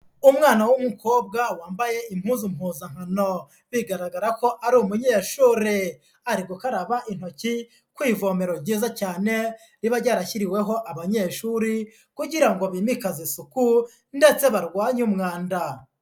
Umwana w'umukobwa wambaye impuzumpuzankano, bigaragara ko ari umunyeshuri, ari gukaraba intoki ku ivomera ryiza cyane riba ryarashyiriweho abanyeshuri kugira ngo bimikaze ndetse barwanye umwanda.